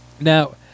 Now